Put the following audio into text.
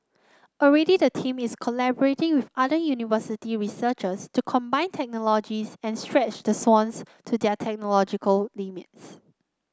already the team is collaborating with other university researchers to combine technologies and stretch the swans to their technological limits